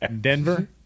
Denver